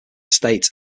states